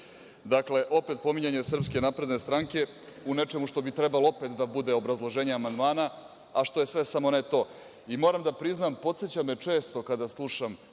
ukaže. Dakle, opet pominjanje SNS u nečemu što bi trebalo opet da bude obrazloženje amandmana, a što je sve samo ne to. Moram da priznam, podseća me često, kada slušam